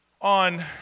on